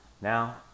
Now